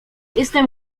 jestem